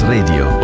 Radio